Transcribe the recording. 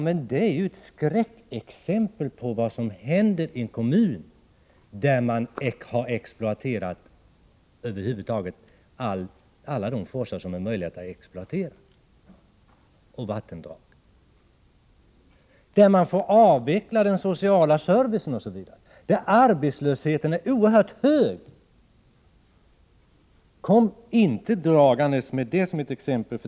Men det är ett skräckexempel på vad som kan hända i en kommun. I Jokkmokk har man exploaterat alla forsar och vattendrag som över huvud taget är möjliga att exploatera. Där får man avveckla den sociala servicen, och arbetslösheten är oerhört hög. Kom inte dragandes med Jokkmokk som ett exempel!